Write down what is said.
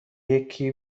یکی